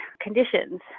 conditions